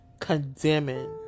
condemning